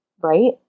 right